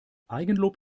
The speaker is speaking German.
eigenlob